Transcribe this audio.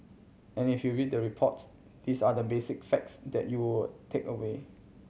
and if you read the reports these are the basic facts that you will take away